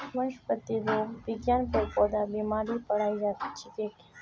वनस्पतिरोग विज्ञान पेड़ पौधार बीमारीर पढ़ाई छिके